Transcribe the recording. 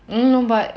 em no but